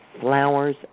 flowers